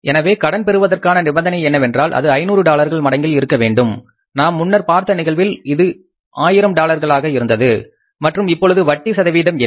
எனவே கடன் பெறுவதற்கான நிபந்தனை என்னவென்றால் அது 500 டாலர்கள் மடங்கில் இருக்க வேண்டும் நாம் முன்னர் பார்த்த நிகழ்வில் இது ஆயிரம் டாலர்களாக இருந்தது மற்றும் இப்பொழுது வட்டி சதவிகிதம் என்ன